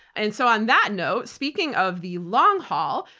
and so on that note, speaking of the long haul,